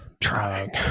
Trying